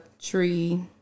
tree